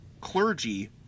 clergy